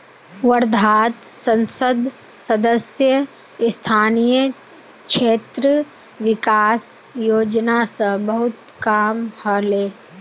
वर्धात संसद सदस्य स्थानीय क्षेत्र विकास योजना स बहुत काम ह ले